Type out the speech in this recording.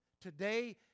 today